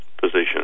position